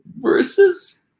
Versus